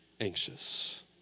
anxious